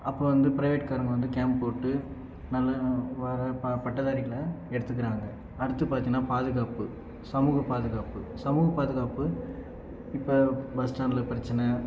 அப்புறம் வந்து ப்ரைவேட்காரங்க வந்து கேம்ப் போட்டு நல்ல வர பட்டதாரிகளை எடுத்துக்கிறாங்க அடுத்து பார்த்திங்கனா பாதுகாப்பு சமூக பாதுகாப்பு சமூக பாதுகாப்பு இப்போ பஸ் ஸ்டாண்ட்டில் பிரச்சனை